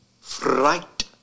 Fright